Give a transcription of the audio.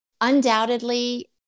undoubtedly